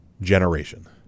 generation